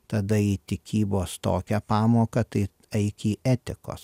tada į tikybos tokią pamoką tai eik į etikos